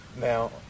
Now